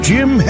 Jim